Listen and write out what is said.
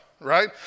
right